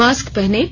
mask पहनें